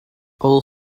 all